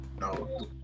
No